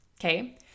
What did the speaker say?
okay